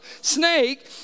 snake